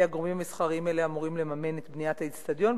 הגורמים המסחריים האלה אמורים לממן את בניית האיצטדיון,